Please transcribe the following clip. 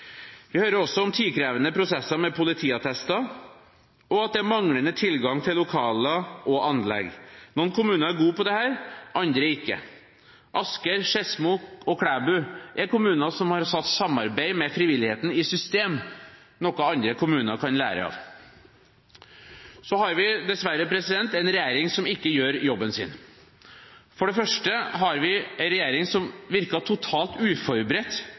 Vi hører også om tidkrevende prosesser med politiattester, og at det er manglende tilgang til lokaler og anlegg. Noen kommuner er gode på dette, andre ikke. Asker, Skedsmo og Klæbu er kommuner som har satt samarbeid med frivilligheten i system – noe som andre kommuner kan lære av. Så har vi dessverre en regjering som ikke gjør jobben sin. For det første har vi en regjering som virket totalt uforberedt